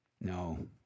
no